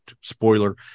spoiler